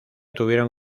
tuvieron